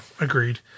Agreed